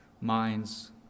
minds